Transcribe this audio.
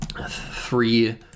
three